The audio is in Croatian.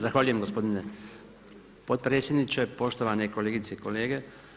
Zahvaljujem gospodine potpredsjedniče, poštovane kolegice i kolege.